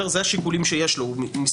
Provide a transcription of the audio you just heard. הוא לא יודע כי בתקופה השנייה,